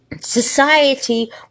Society